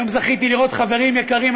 היום זכיתי לראות חברים יקרים,